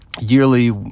yearly